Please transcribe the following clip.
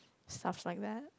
stuff like that